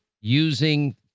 using